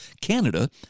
Canada